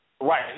Right